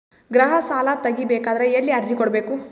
ಗೃಹ ಸಾಲಾ ತಗಿ ಬೇಕಾದರ ಎಲ್ಲಿ ಅರ್ಜಿ ಕೊಡಬೇಕು?